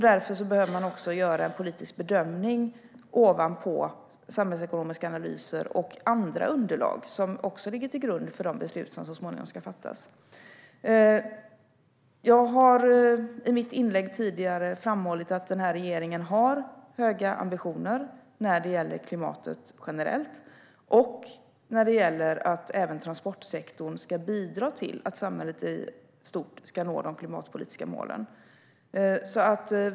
Därför behöver man göra en politisk bedömning utöver de samhällsekonomiska analyser och andra underlag som ligger till grund för de beslut som så småningom ska fattas. Jag framhöll i mitt inlägg tidigare att den här regeringen har höga ambitioner när det gäller klimatet generellt och när det gäller att även transportsektorn ska bidra till att samhället i stort ska nå de klimatpolitiska målen.